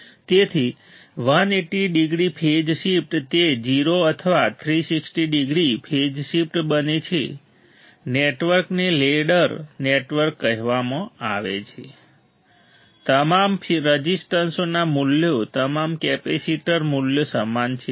તેથી 180 degree phase shift તે 0 અથવા 360 ડિગ્રી ફેઝ શિફ્ટ બને છે નેટવર્કને લેડર નેટવર્ક પણ કહેવામાં આવે છે તમામ રઝિસ્ટન્સના મૂલ્યો તમામ કેપેસિટર મૂલ્યો સમાન છે